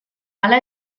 hala